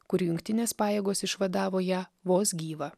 kur jungtinės pajėgos išvadavo ją vos gyvą